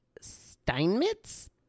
Steinmetz